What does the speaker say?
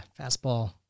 fastball